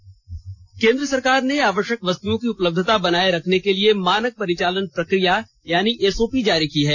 आवष्यक वस्त केन्द्र सरकार ने आवश्यक वस्तुओं की उपलब्धता बनाए रखने के लिए मानक परिचालन प्रक्रिया यानी एसओपी जारी की है